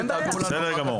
הכול בסדר.